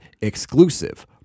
Exclusive